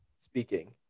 speaking